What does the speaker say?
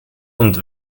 und